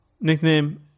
nickname